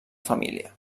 família